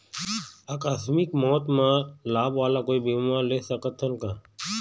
आकस मिक मौत म लाभ वाला कोई बीमा ले सकथन का?